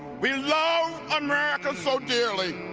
we loved america so dearly